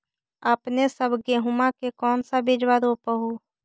अपने सब गेहुमा के कौन सा बिजबा रोप हू?